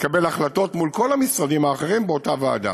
ולקבל החלטות מול כל המשרדים האחרים באותה ועדה.